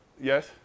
Yes